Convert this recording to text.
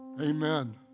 Amen